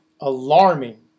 alarming